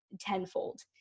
tenfold